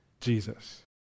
Jesus